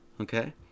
Okay